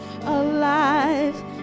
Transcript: alive